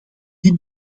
dit